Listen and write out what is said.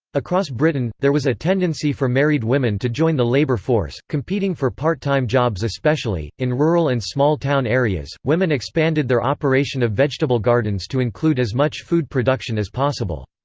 across britain, there was a tendency for married women to join the labor force, competing for part-time jobs especially in rural and small-town areas, women expanded their operation of vegetable gardens to include as much food production as possible.